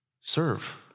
serve